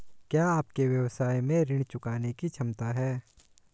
क्या आपके व्यवसाय में ऋण चुकाने की क्षमता है?